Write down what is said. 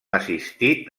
assistit